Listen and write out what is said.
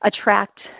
attract